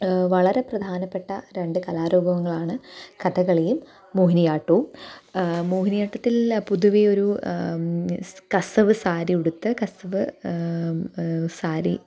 വളരെ പ്രധാനപ്പെട്ട രണ്ടു കലാരൂപങ്ങളാണ് കഥകളിയും മോഹിനിയാട്ടവും മോഹിനിയാട്ടത്തില് പൊതുവെ ഒരു സ് കസവ് സാരിയുടുത്ത് കസവ് സാരി